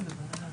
להמחיש,